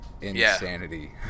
insanity